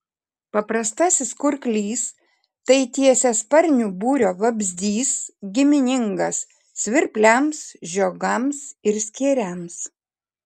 paprastasis kurklys tai tiesiasparnių būrio vabzdys giminingas svirpliams žiogams ir skėriams